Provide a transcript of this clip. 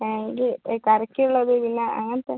എനിക്ക് ഈ കറിക്കുള്ളത് പിന്നെ അങ്ങനത്തെ